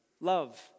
love